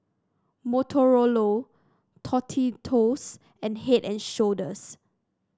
Motorola Tostitos and Head And Shoulders